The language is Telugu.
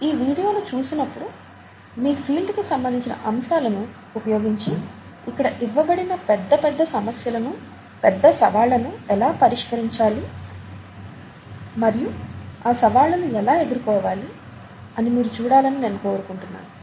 ఈ వీడియోలు చూసినప్పుడు మీ ఫీల్డ్ కి సంబంధించిన అంశాలను ఉపయోగించి ఇక్కడ ఇవ్వబడిన పెద్ద పెద్ద సమస్యలను పెద్ద సవాళ్ళను ఎలా పరిష్కరించాలి మరియు ఆ సవాళ్ళను ఎలా ఎదురుకోవాలి అని మీరు చూడాలని నేను కోరుకుంటున్నాను